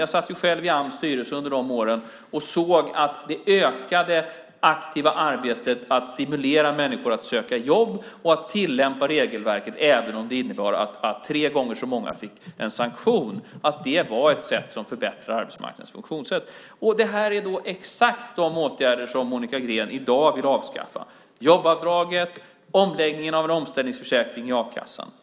Jag satt själv i Ams styrelse under de åren och såg att det ökade det aktiva arbetet med att stimulera människor att söka jobb och att tillämpa regelverken även om det innebar att tre gånger så många fick en sanktion. Det var ett sätt som förbättrade arbetsmarknadens funktionssätt. Det här är exakt de åtgärder som Monica Green i dag vill avskaffa - jobbavdraget och omläggningen av en omställningsförsäkring i a-kassan.